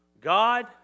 God